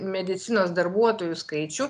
medicinos darbuotojų skaičių